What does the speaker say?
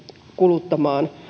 kuluttamaan